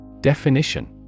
Definition